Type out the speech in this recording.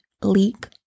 leak